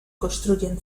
construyen